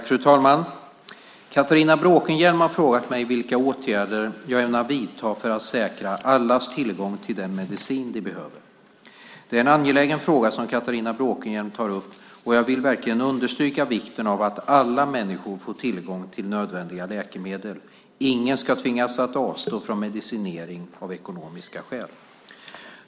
Fru talman! Catharina Bråkenhielm har frågat mig vilka åtgärder jag ämnar vidta för att säkra allas tillgång till den medicin de behöver. Det är en angelägen fråga som Catharina Bråkenhielm tar upp, och jag vill verkligen understryka vikten av att alla människor får tillgång till nödvändiga läkemedel. Ingen ska tvingas att avstå från medicinering av ekonomiska skäl.